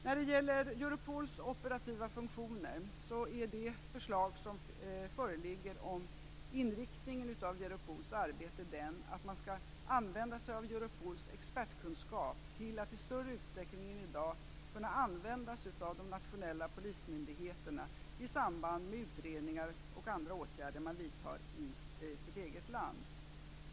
När det gäller Europols operativa funktioner innebär det förslag som föreligger om inriktningen av Europols arbete att man skall använda sig av Europols expertkunskap till att i större uträckning än i dag använda sig av de nationella polismyndigheterna i samband med utredningar och andra åtgärder som man vidtar i sitt eget land.